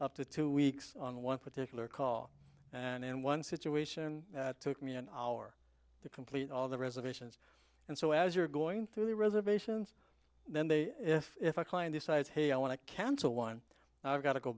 up to two weeks on one particular call and one situation took me an hour to complete all the reservations and so as you're going through the reservations then they if if a client decides hey i want to cancel one i've got to go